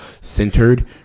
centered